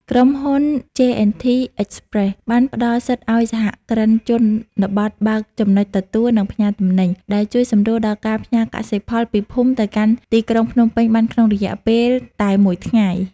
ក្រុមហ៊ុន ជេអែនធី អ៊ិចប្រេស (J&T Express) បានផ្ដល់សិទ្ធិឱ្យសហគ្រិនជនបទបើក "ចំណុចទទួល និងផ្ញើទំនិញ" ដែលជួយសម្រួលដល់ការផ្ញើកសិផលពីភូមិទៅកាន់ទីក្រុងភ្នំពេញបានក្នុងរយៈពេលតែមួយថ្ងៃ។